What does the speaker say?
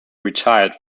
retired